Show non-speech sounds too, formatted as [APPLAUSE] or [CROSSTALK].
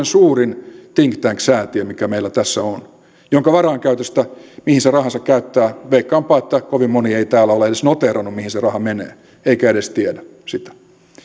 [UNINTELLIGIBLE] suurin think tank säätiö mikä meillä tässä on jonka varainkäyttö mihin se rahansa käyttää veikkaanpa että kovin moni ei täällä ole edes noteerannut mihin se raha menee eikä edes tiedä sitä